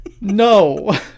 No